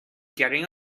getting